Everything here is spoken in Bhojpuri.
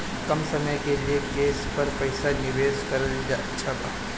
कम समय के लिए केस पर पईसा निवेश करल अच्छा बा?